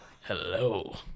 Hello